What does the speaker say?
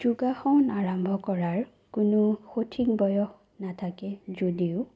যোগাসন আৰম্ভ কৰাৰ কোনো সঠিক বয়স নাথাকে যদিও